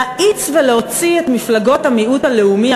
להאיץ ולהוציא את מפלגות המיעוט הלאומי,